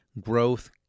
growth